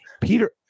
Peter